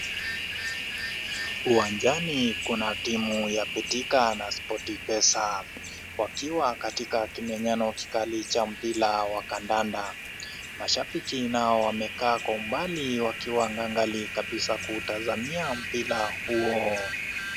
Uwanjani kuna timu ya Betika na Spoti pesa wakiwa katika kimenyano kikali cha mpira wa kandanda. Mashabiki nao wamekaa kwa umbali wakiwa ngangari kabisa kuutazamia mpira huo.